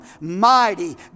mighty